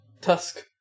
tusk